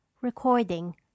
Recording